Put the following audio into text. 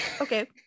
Okay